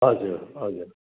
हजुर हजुर